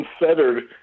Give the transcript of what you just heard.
unfettered